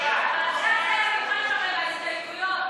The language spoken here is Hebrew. תסדר גם לאבא שלי פנסיה, 9,000 שקל יספיקו.